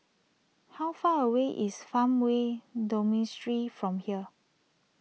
how far away is Farmway Dormitory from here